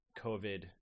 COVID